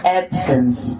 absence